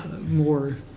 more